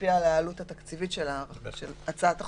ישפיע על העלות התקציבית של הצעת החוק,